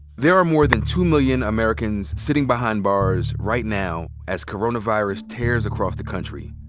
there are more than two million americans sitting behind bars right now as coronavirus tears across the country.